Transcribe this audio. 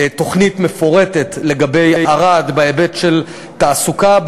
תוכנית מפורטת לגבי ערד בהיבט של תעסוקה,